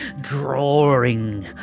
drawing